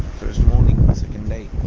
first morning, second day